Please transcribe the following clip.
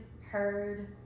heard